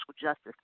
justice